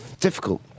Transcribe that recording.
difficult